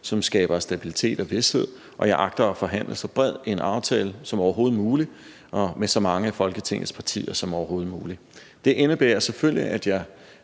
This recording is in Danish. som skaber stabilitet og vished, og jeg agter at forhandle så bred en aftale som overhovedet muligt og med så mange af Folketingets partier som overhovedet muligt. Det indebærer selvfølgelig, at jeg